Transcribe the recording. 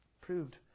proved